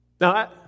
Now